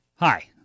Hi